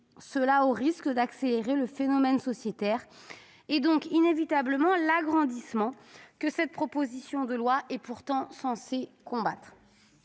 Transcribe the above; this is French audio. Cela risque d'accélérer le phénomène sociétaire, donc, inévitablement, l'agrandissement que cette proposition de loi est pourtant censée combattre.